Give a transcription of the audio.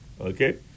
Okay